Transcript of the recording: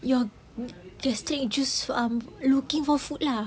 your gastric juice um looking for food lah